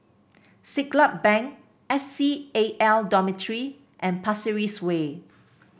Siglap Bank S C A L Dormitory and Pasir Ris Way